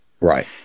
Right